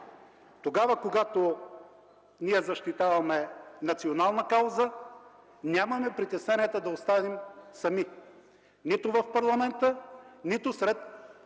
Тогава, когато ние защитаваме национална кауза, нямаме притесненията да останем сами – нито в парламента, нито сред